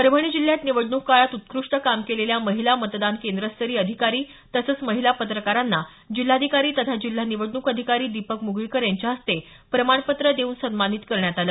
परभणी जिल्ह्यात निवडणूक काळात उत्कृष्ट काम केलेल्या महिला मतदान केंद्रस्तरीय अधिकारी तसंच महिला पत्रकारांना जिल्हाधिकारी तथा जिल्हा निवडणूक अधिकारी दीपक मुगळीकर यांच्या हस्ते प्रमाणपत्र देवून सन्मानित करण्यात आलं